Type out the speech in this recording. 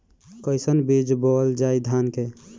कईसन बीज बोअल जाई धान के?